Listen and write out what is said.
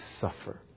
suffer